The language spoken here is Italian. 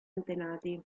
antenati